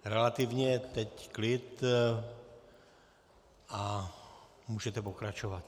Relativně je teď klid a můžete pokračovat.